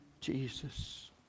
jesus